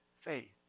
faith